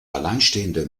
alleinstehende